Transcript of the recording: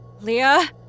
Leah